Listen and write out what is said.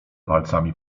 palcami